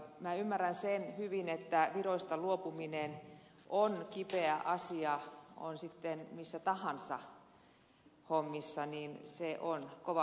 minä ymmärrän sen hyvin että viroista luopuminen on kipeä asia on sitten missä tahansa hommissa niin se on kovaa